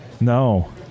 No